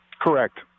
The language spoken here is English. Correct